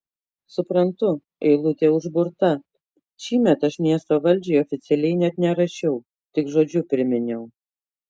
suprantu eilutė užburta šįmet aš miesto valdžiai oficialiai net nerašiau tik žodžiu priminiau